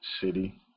city